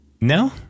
No